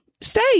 stay